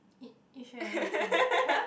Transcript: Yi-Xuan and Hui-Ting !huh!